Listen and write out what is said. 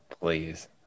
Please